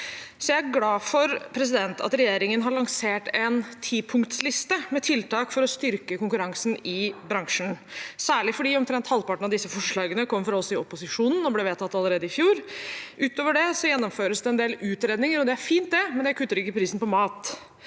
Jeg er glad for at regjeringen har lansert en tipunktsliste med tiltak for å styrke konkurransen i bransjen, særlig fordi omtrent halvparten av disse forslagene kom fra oss i opposisjonen og ble vedtatt allerede i fjor. Utover det gjennomføres det en del utredninger, og det er fint, det, men det kutter ikke prisen på mat.